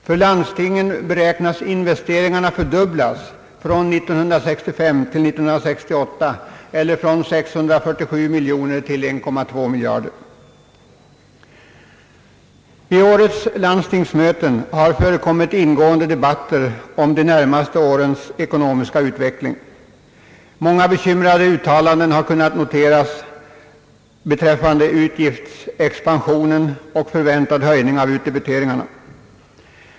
För landstingen beräknas investeringarna bli fördubblade från år 1965 till år 1968, dvs. från 647 miljoner kronor till 1,2 miljard kronor. Vid årets landstingsmöten har förekommit ingående debatter om de närmaste årens ekonomiska utveckling, och många bekymrade uttalanden har kunnat noteras beträffande utgiftsexpansionen och förväntad höjning av utdebiteringarna.